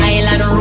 Island